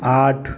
आठ